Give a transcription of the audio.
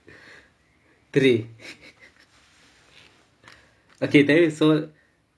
three okay tell you so